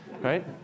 right